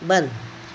बन